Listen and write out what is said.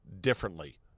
differently